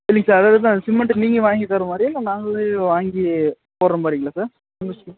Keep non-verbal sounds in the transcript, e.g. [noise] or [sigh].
இல்லைங்க சார் அதாவது sir cement நீங்கள் வாங்கி தரமாதிரியா இல்லை நாங்களே வாங்கி போடுகிற மாதிரிங்களா சார் [unintelligible]